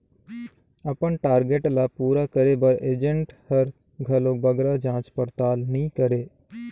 अपन टारगेट ल पूरा करे बर एजेंट हर घलो बगरा जाँच परताल नी करे